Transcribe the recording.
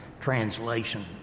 Translation